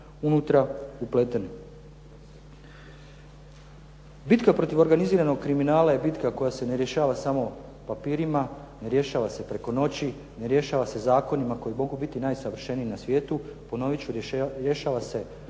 unutra upletene. Bitka protiv organiziranog kriminala je bitka koja se ne rješava samo papirima, ne rješava se preko noći, ne rješava se zakonima koji mogu biti najsavršeniji na svijetu. Ponovit ću rješava se